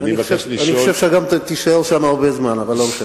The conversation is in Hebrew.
אני חושב שגם תישאר שם הרבה זמן, אבל לא משנה.